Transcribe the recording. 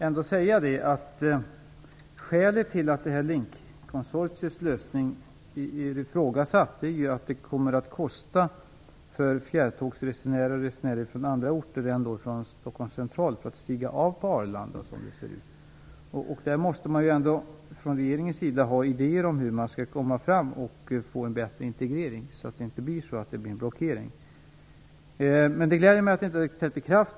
Fru talman! Skälet till att Link-konsortiets lösning är ifrågasatt är ju att det innebär en kostnad för fjärrtågsresenärer och resenärer från andra orter än Regeringen måste ändå ha idéer om hur man skall kunna få en bättre integrering så att det inte blir en blockering. Det gläder mig att avtalet ännu inte har trätt i kraft.